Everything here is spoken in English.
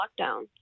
lockdown